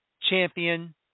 champion